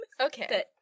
Okay